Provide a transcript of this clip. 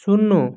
শূন্য